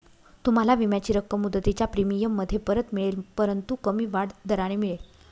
तुम्हाला विम्याची रक्कम मुदतीच्या प्रीमियममध्ये परत मिळेल परंतु कमी वाढ दराने मिळेल